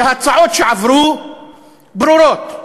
וההצעות שעברו ברורות: